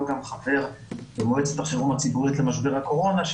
גם חבר במועצת החירום הציבורית למשבר הקורונה,